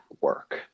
work